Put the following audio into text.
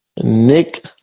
Nick